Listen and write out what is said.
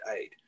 aid